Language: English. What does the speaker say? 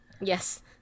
Yes